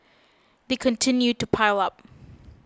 they continue to pile up